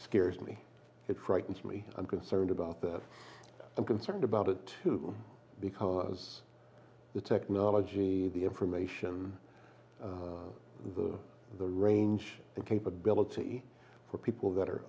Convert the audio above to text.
scares me it frightens me i'm concerned about this i'm concerned about it too because the technology the information the the range and capability for people that